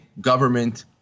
government